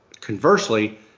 conversely